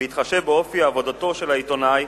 בהתחשב באופי עבודתו של העיתונאי,